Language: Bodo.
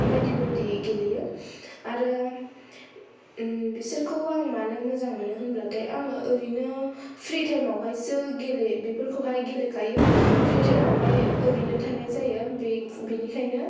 बायदि बायदि गेलेयो आरो बिसोरखौ आं मानो मोजां मोनो होनब्लाथाय आङो ओरैनो फ्रि टायमावहायसो बेफोरखौहाय गेलेखायो फ्रि टायमावहाय ओरैनो थानाय जायो बेनिखायनो